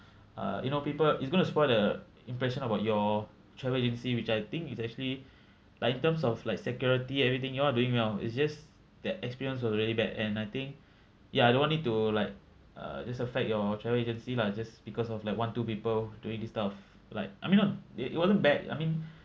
uh you know people he's gonna spoil the impression about your travel agency which I think is actually like in terms of like security everything you all are doing well it's just that experience was really bad and I think ya I don't want it to like uh just affect your travel agency lah just because of like one two people doing this stuff like I mean not it it wasn't bad I mean